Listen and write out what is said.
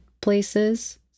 places